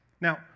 now